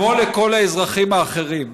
כמו לכל האזרחים האחרים.